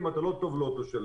ואם אתה לא טוב לא תשלם.